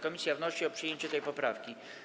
Komisja wnosi o przyjęcie tej poprawki.